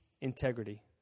integrity